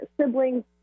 siblings